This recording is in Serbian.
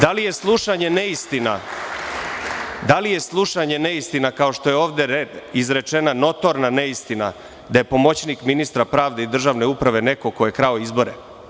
Da li je slušanje neistina, ako što je ovde izrečena notorna neistina da je pomoćnik ministra pravde i Državne uprave neko ko je krao izbore?